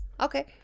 Okay